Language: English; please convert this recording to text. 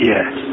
Yes